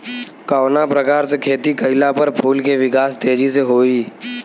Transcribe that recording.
कवना प्रकार से खेती कइला पर फूल के विकास तेजी से होयी?